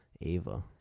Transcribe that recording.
Ava